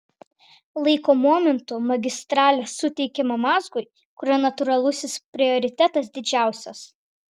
laiko momentu magistralė suteikiama mazgui kurio natūralusis prioritetas didžiausias